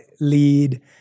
lead